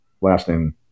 lasting